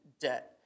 debt